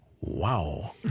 wow